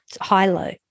high-low